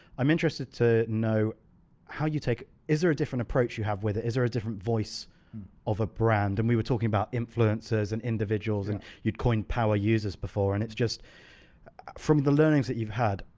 i'm interested to know how you take, is there a different approach you have with it? is there a different voice of a brand? and we were talking about influencers and individuals and you'd coin power users before and it's just from the learnings that you've had,